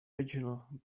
vaginal